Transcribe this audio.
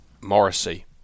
Morrissey